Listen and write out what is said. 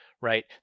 right